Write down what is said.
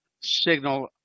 signal